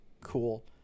cool